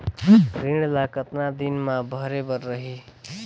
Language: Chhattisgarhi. ऋण ला कतना दिन मा भरे बर रही?